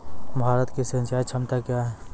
भारत की सिंचाई क्षमता क्या हैं?